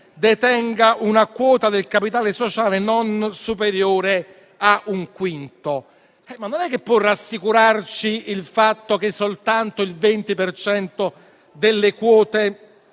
detenga una quota del capitale sociale non superiore a un quinto», ma non può certo rassicurarci il fatto che soltanto il 20 per cento